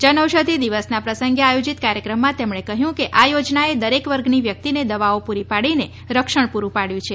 જનઔષધિ દિવસના પ્રસંગે આયોજીત કાર્યક્રમમાં તેમણે કહ્યું કે આ યોજનાએ દરેક વર્ગની વ્યક્તિને દવાઓ પૂરી પાડીને રક્ષણ પુરૂં પાડ્યું છે